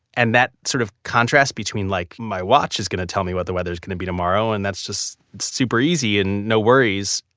and that sort of contrast between, like my watch is going to tell me what the weather's going to be tomorrow and that's just super easy and no worries.